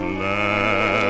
land